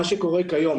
מה שקורה כיום,